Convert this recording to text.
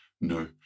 No